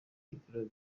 ibiraro